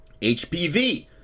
hpv